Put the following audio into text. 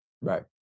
Right